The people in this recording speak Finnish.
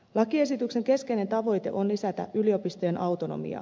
lakiesityksen keskeinen tavoite on lisätä yliopistojen autonomiaa